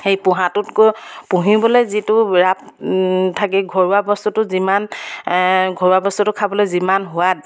সেই পোহাটোতকৈ পুহিবলৈ যিটো ৰাপ থাকে ঘৰুৱা বস্তুটো যিমান ঘৰুৱা বস্তুটো খাবলৈ যিমান সোৱাদ